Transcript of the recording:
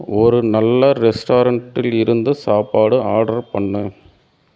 ஒரு நல்ல ரெஸ்டாரண்டில் இருந்து சாப்பாடு ஆர்டர் பண்ணு